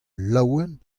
laouen